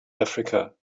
africa